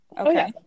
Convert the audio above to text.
Okay